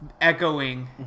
echoing